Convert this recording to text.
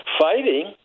fighting